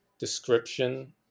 description